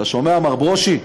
שומע, מר ברושי?